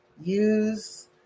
use